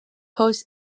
post